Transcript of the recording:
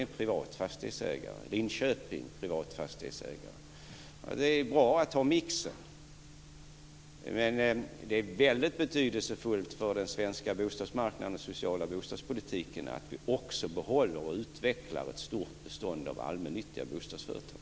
I Linköping är det också en privat fastighetsägare. Det är bra att ha en mix. Men det är väldigt betydelsefullt för den svenska bostadsmarknaden och den sociala bostadspolitiken att vi också behåller och utvecklar ett stort bestånd av allmännyttiga bostadsföretag.